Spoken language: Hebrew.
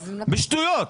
בשטויות,